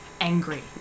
angry